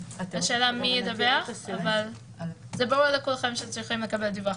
השאלה מי ידווח אבל ברור לכולכם שצריך לקבל דיווח,